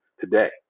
today